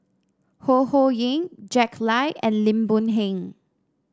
Ho Ho Ying Jack Lai and Lim Boon Heng